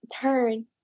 turn